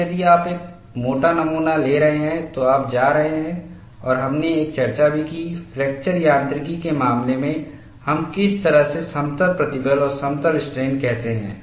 अब यदि आप एक मोटा नमूना ले रहे हैं तो आप जा रहे हैं और हमने एक चर्चा भी की फ्रैक्चर यांत्रिकी के मामले में हम किस तरह से समतल प्रतिबल और समतल स्ट्रेन कहते हैं